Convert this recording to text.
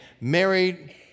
married